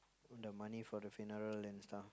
the money for the funeral and stuff